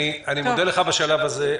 אני מודה לך בשלב הזה.